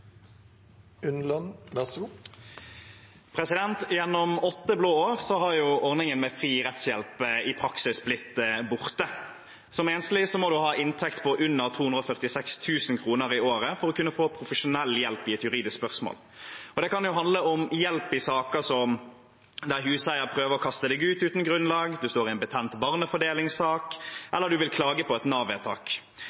Gjennom åtte blå år har ordningen med fri rettshjelp i praksis blitt borte. Som enslig må man ha en inntekt under 246 000 kr i året for å kunne få profesjonell hjelp i et juridisk spørsmål. Det kan handle om hjelp i saker som at huseier prøver å kaste en ut uten grunnlag, at man står i en betent barnefordelingssak,